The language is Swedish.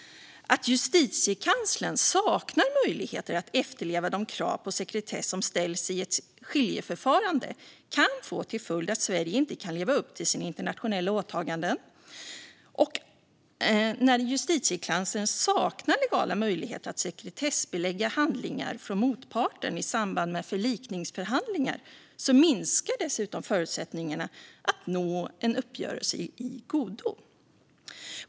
Att Justitiekanslern saknar möjligheter att efterleva de krav på sekretess som ställs i ett skiljeförfarande kan få till följd att Sverige inte kan leva upp till sina internationella åtaganden. När Justitiekanslern saknar legala möjligheter att sekretessbelägga handlingar från motparten i samband med förlikningsförhandlingar minskar dessutom förutsättningarna att nå en uppgörelse i godo.